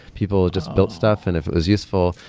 people just built stuff and if is useful,